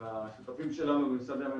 אבל אם זה יהיה שלוש,